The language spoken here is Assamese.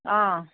অঁ